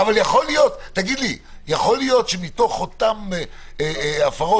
יכול להיות שמתוך אותן הפרות,